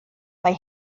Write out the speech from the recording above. mai